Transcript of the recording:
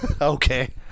Okay